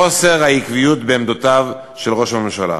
חוסר העקביות בעמדותיו של ראש הממשלה.